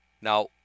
Now